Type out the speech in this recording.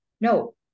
No